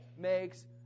makes